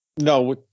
No